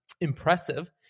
impressive